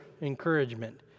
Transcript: encouragement